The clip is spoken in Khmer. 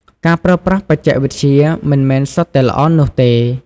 ការប្រើប្រាស់បច្ចេកវិទ្យាមិនមែនសុទ្ធតែល្អនោះទេ។